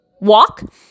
walk